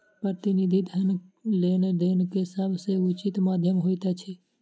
प्रतिनिधि धन लेन देन के सभ सॅ उचित माध्यम होइत अछि